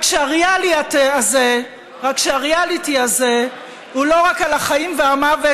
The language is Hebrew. רק שהריאליטי הזה הוא לא רק על החיים והמוות